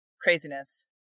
craziness